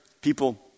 people